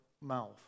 mouth